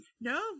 No